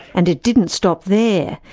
and it didn't stop there.